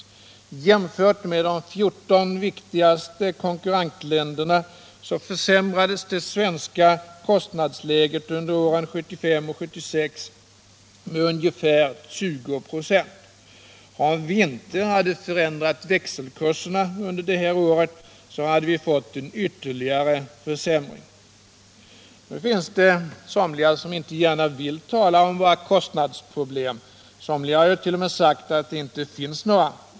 Jämfört med de 14 viktigaste konkurrentländerna försämrades det svenska kostnadsläget åren 1975 och 1976 med ungefär 20 26. Om vi inte hade förändrat växelkurserna under detta år hade vi fått en ytterligare försämring. Det finns somliga som inte gärna vill tala om våra kostnadsproblem — somliga har t.o.m. sagt att det inte finns några.